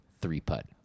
three-putt